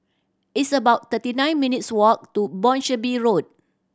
it's about thirty nine minutes' walk to Boscombe Road